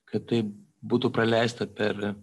kad tai būtų praleista per